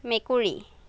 মেকুৰী